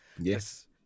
Yes